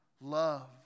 Love